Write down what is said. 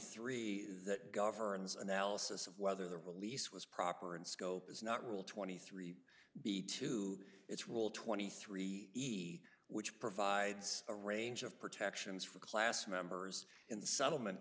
three that governs analysis of whether the release was proper in scope is not rule twenty three b two it's rule twenty three d which provides a range of protections for class members in settlement